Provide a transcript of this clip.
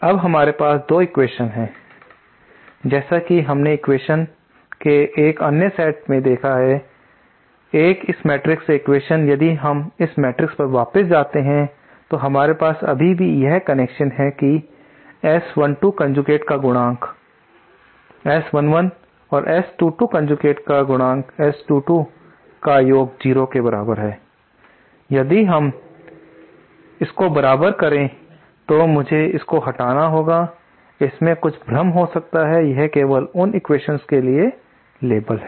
अब हमारे पास 2 एक्वेशन है जैसा कि हमने एक्वेशन के 1 अन्य सेट को देखा है 1 इस मैट्रिक्स से एक्वेशन यदि हम इस मैट्रिक्स पर वापस जाते हैं तो हमारे पास अभी भी यह एक्वेशन है कि S12 कोंजूगेट का गुणांक S11 और S22 कोंजूगेट गुणांक S12 का योग 0 के बराबर है यदि हम स्कोर बराबर करें तो मुझे इनको हटाना होगा इससे कुछ भ्रम हो सकता है यह केवल उन एक्वेशन्स के लिए लेबल है